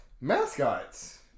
mascots